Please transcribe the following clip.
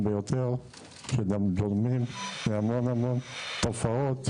ביותר שגם גורמים להמון המון תופעות.